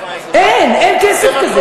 אין, אין כסף כזה.